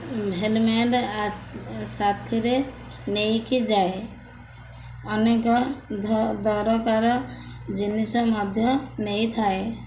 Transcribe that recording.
helmet ସାଥିରେ ନେଇକି ଯାଏ ଅନେକ ଦରକାର ଜିନିଷ ମଧ୍ୟ ନେଇଥାଏ